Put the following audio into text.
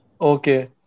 Okay